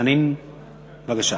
חנין, בבקשה.